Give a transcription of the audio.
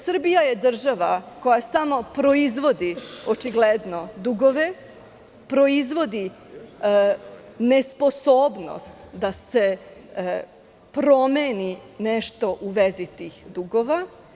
Srbija je država koja samo proizvodi, očigledno, dugove, proizvodi nesposobnost da se promeni nešto u vezi tih dugova.